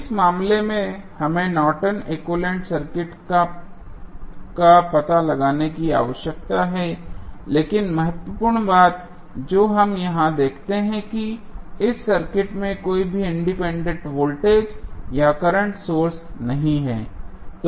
इस मामले में हमें नॉर्टन एक्विवैलेन्ट Nortons equivalent का पता लगाने की आवश्यकता है लेकिन महत्वपूर्ण बात जो हम यहां देखते हैं कि इस सर्किट में कोई इंडिपेंडेंट वोल्टेज या करंट सोर्स नहीं है